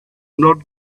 not